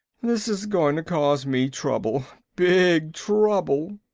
this is going to cause me trouble, big trouble,